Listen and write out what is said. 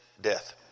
death